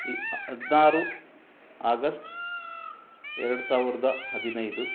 ಹದಿನಾರು ಆಗಷ್ಟ್ ಎರಡು ಸಾವಿರದ ಹದಿನೈದು